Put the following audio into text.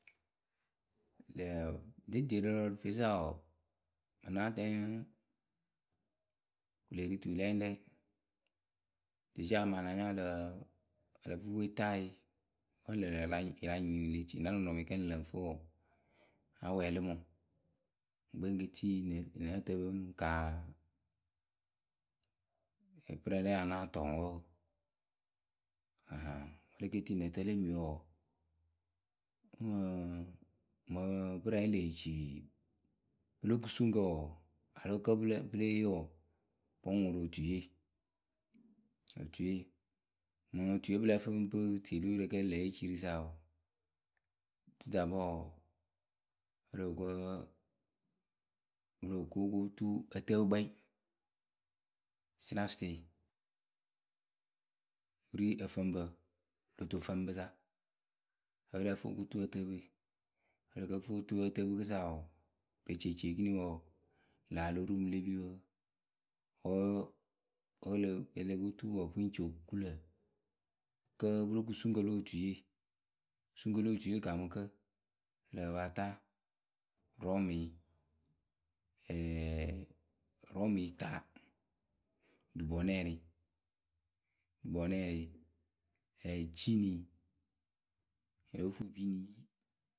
Lě di- dielɔrǝ rǝ feesa wɔɔ, ŋmǝ ŋ́ náa tɛŋ wǝ lee ri tulɛŋɖɛ déjà mǝŋ a la nya ǝ lǝ fɨ pwetaaye wǝ́ lǝ̈ ŋlǝ̈ a la nyɩŋ lë tie la nɔnɔmɛ kǝ́ ŋ lǝ ŋ fɨ wɔɔ, a wɛɛlɩ mɨ ŋwǝ ŋwǝ ŋkpɛ ŋ ke tii nǝ ǝtǝpǝ ŋ kaa pɨrǝŋ rɛ ya náa tɔɔ ŋwǝ wǝǝ. Wǝ́ le ke tii nǝ tǝ lemi wɔɔ mɨ mɨŋ pɨrǝŋye lee ci pɨlo kusuŋkǝ wɔɔ, alo kǝ́ pɨ lée yee wɔɔ pɩ ŋ ŋʊrʊ otuiye mɨŋ otuiye pɨ lǝ́ǝ fɨ pɨ ŋ pɨ tie lo yurǝ kǝ́ ŋlǝ le cii rǝ sa wɔɔ, tout d'abord o loh ko o loh koo tu ǝtǝpǝ we kpɛŋ sɩnapsɩ wǝ ri ǝfǝŋpǝ lotofǝŋpǝ sa wǝ́ ǝ lǝ́ǝ fɨ o ko tuu ǝtǝpǝwe. Wǝ́ ǝ lǝ kǝ fɨ o lo tuu ǝtǝpǝ we rǝkɨsa wɔɔ, e ci e ci ekini wɔɔ, ŋlǝ̈ a lóo ru mǝ pɨle pi wǝǝ, wǝ́ wǝ́ o lo ko tuu wɔɔ, pɨ ŋ ci o ku lǝ̈ kǝ́ pɨlo kusuŋkǝ lo otui. Kusuŋkǝwe lo otuiye yǝ kaamɨ kǝ́ ǝ lǝh pǝ a pa taa rhume rhume ta dibonnère, bonnère, jinni o lóo fuu jini yi